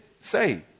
say